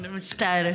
אני מצטערת.